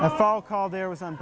i phone call there was on